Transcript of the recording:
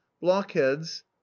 blockheads